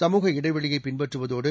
சமூக இடைவெளியை பின்பற்றுவதோடு